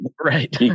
right